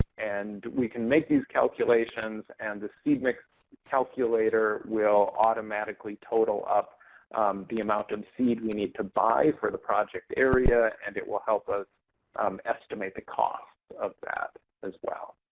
and we can make these calculations and the seed mix calculator will automatically total up the um and seed we need to buy for the project area, and it will help us um estimate the cost of that as well.